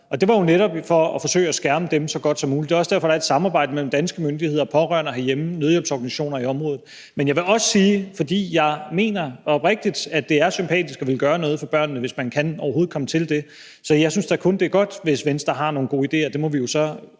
Det var jo netop for at forsøge at skærme dem så godt som muligt. Det er også derfor, der er et samarbejde mellem danske myndigheder og pårørende herhjemme og nødhjælpsorganisationer i området. Men jeg vil også sige, for jeg mener oprigtigt, at det er sympatisk at ville gøre noget for børnene, hvis man overhovedet kan komme til det, at jeg kun synes, det er godt, hvis Venstre har nogle gode idéer. Det må vi jo så